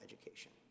Education